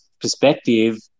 perspective